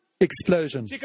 explosion